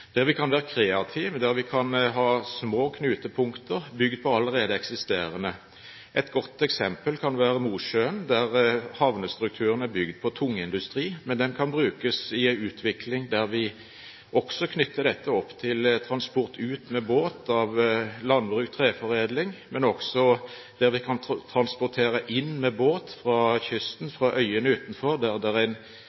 der vi kan være kreative, og der vi kan ha små knutepunkter bygd på de allerede eksisterende. Et godt eksempel kan være Mosjøen, der havnestrukturen er bygd på tungindustri. Men den kan brukes i en utvikling der vi også knytter dette opp til transport ut med båt når det gjelder landbruk/treforedling, men også der vi kan transportere inn med båt fra kysten